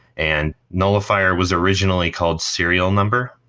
and nullifier was originally called serial number.